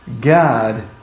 God